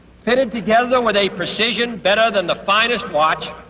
fitted together with a precision better than the finest watch.